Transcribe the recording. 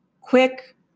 quick